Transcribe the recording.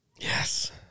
Yes